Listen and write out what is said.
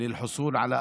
כדי